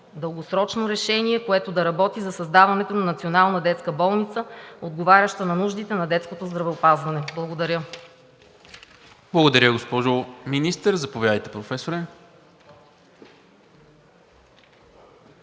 дългосрочно решение, което да работи за създаването на Национална детска болница, отговаряща на нуждите на детското здравеопазване. Благодаря. ПРЕДСЕДАТЕЛ НИКОЛА МИНЧЕВ: Благодаря, госпожо Министър. Заповядайте, Професоре.